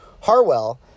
Harwell